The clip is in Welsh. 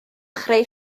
chreu